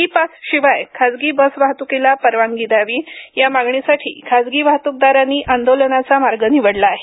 E pass शिवाय खासगी bus वाहतुकीला परवानगी द्यावी या मागणीसाठी खासगी वाहतुकदारांनी आंदोलनाचा मार्ग निवडला आहे